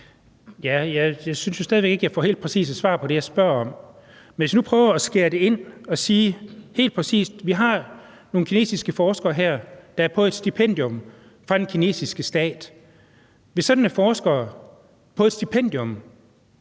Jeg synes jo stadig væk ikke, at jeg får helt præcise svar på det, jeg spørger om. Lad os nu prøve at skære ind til benet og sige: Vi har nogle kinesiske forskere, der er her på et stipendium fra den kinesiske stat, hvis sådan nogle forskere på et stipendium